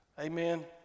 Amen